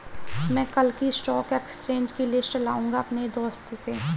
मै कल की stock exchange की लिस्ट लाऊंगा अपने दोस्त से